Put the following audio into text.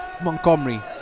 Montgomery